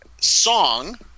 song